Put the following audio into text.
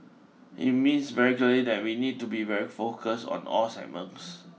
it means very clearly that we need to be very focused on all segments